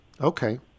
Okay